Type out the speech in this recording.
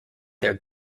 their